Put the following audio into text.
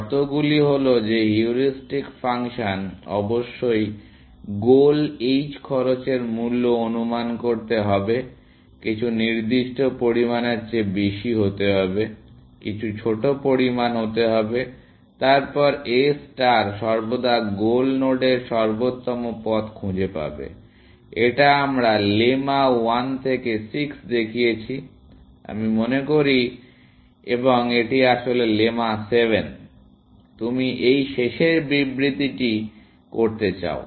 শর্তগুলি হল যে হিউরিস্টিক ফাংশনটি অবশ্যই গোল h খরচের মূল্য অনুমান করতে হবে কিছু নির্দিষ্ট পরিমাণের চেয়ে বেশি হতে হবে কিছু ছোট পরিমাণ হতে হবে তারপর A ষ্টার সর্বদা গোল নোডের সর্বোত্তম পথ খুঁজে পাবে এটা আমরা লেমা 1 থেকে 6 দেখিয়েছি আমি মনে করি এবং এটি আসলে লেমা 7 তুমি এই শেষের বিবৃতিটা করতে চাও